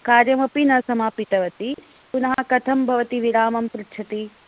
कार्यमपि न समापितवती पुनः कथं भवती विरामं पृच्छति